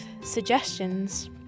suggestions